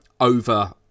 over